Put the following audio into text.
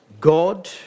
God